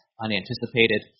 unanticipated